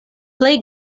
plej